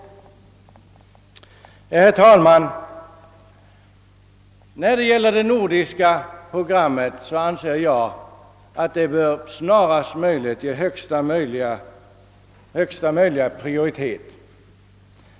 Herr talman! Jag anser att det nordiska programmet snarast möjligt bör ges högsta möjliga prioritet.